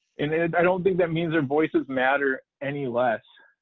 and i don't think that means their voices matter any less.